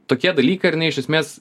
tokie dalykai ar ne iš esmės